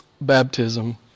baptism